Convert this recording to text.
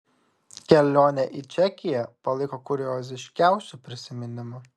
kelionė į čekiją paliko kurioziškiausių prisiminimų